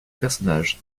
personnages